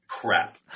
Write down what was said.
crap